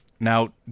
Now